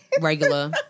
Regular